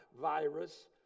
virus